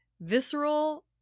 visceral